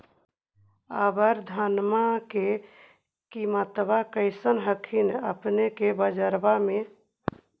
अबर धानमा के किमत्बा कैसन हखिन अपने के बजरबा में?